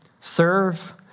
Serve